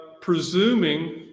presuming